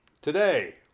Today